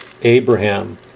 Abraham